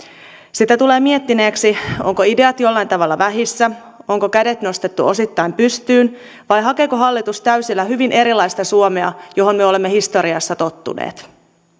sitä tulee miettineeksi ovatko ideat jollain tavalla vähissä onko kädet nostettu osittain pystyyn vai hakeeko hallitus täysillä hyvin erilaista suomea johon me olemme historiassa tottuneet